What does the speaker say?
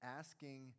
asking